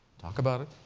talk about it.